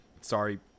Sorry